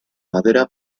madera